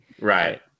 right